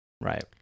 Right